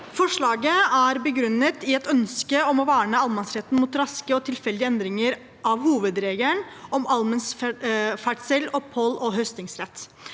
Forslaget er begrunnet i et ønske om å verne allemannsretten mot raske og tilfeldige endringer av hovedregelen om allmenn ferdsel, opphold og høstingsrett.